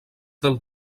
del